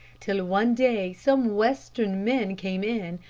till one day some western men came in,